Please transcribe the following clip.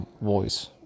voice